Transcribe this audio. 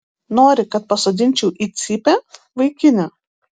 nori kad pasodinčiau į cypę vaikine